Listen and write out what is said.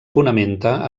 fonamenta